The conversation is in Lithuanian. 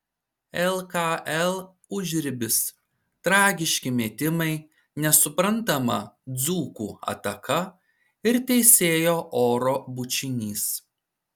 lkl užribis tragiški metimai nesuprantama dzūkų ataka ir teisėjo oro bučinys